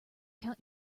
count